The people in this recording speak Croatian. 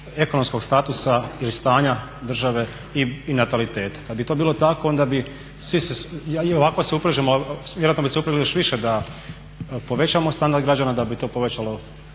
ekonomskog statusa ili stanja države i nataliteta. Kada bi to bilo tako onda bi svi, i ovako se uprežemo, vjerojatno bi se uprli još više da povećamo standard građana, da bi to povećalo